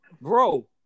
bro